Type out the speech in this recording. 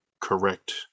correct